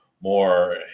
more